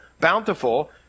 bountiful